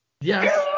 Yes